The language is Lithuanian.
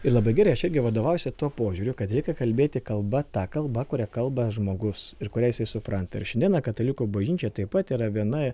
ir labai gerai aš irgi vadovaujuosi tuo požiūriu kad reikia kalbėti kalba ta kalba kuria kalba žmogus ir kurią jisai supranta ir šiandien katalikų bažnyčia taip pat yra viena